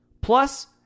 plus